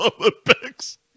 Olympics